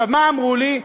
מה אמרו לי?